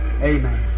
Amen